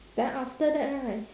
then after that right